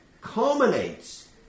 culminates